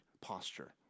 posture